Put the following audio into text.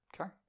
Okay